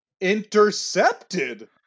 intercepted